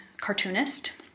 cartoonist